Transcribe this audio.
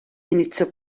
iniziò